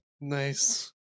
Nice